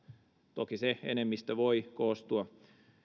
toki se enemmistö voi koostua